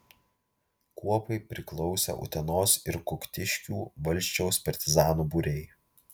kuopai priklausė utenos ir kuktiškių valsčiaus partizanų būriai